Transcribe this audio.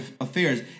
affairs